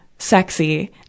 sexy